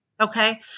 Okay